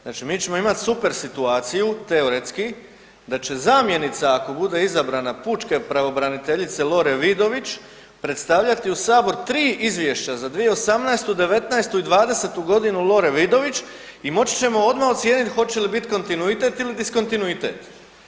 Znači mi ćemo imati super situaciju teoretski da će zamjenica ako bude izabrana pučke pravobraniteljice Lore Vidović predstavljati u Sabor tri izvješća za 2018., '19.i '20.g. Lore Vidović i moći ćemo odmah ocijeniti hoće li biti kontinuitet ili diskontinuitet.